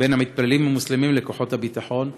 בין המתפללים המוסלמים לכוחות הביטחון,